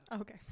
Okay